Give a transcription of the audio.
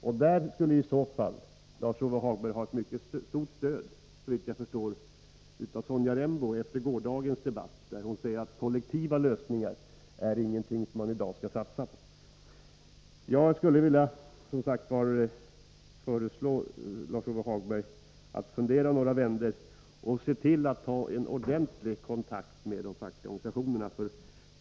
Därvidlag skulle Lars-Ove Hagberg såvitt jag förstår ha ett mycket starkt stöd av Sonja Rembo efter gårdagens debatt. Hon sade att kollektiva lösningar inte är någonting som man i dag skall satsa på. Jag skulle som sagt vilja föreslå Lars-Ove Hagberg att fundera över detta och ta en ordentlig kontakt med de fackliga organisationerna.